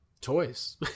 toys